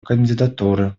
кандидатуры